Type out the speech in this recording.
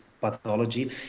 pathology